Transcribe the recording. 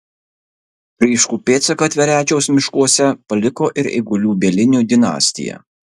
ryškų pėdsaką tverečiaus miškuose paliko ir eigulių bielinių dinastija